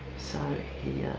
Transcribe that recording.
so he